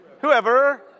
whoever